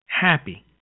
happy